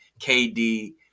KD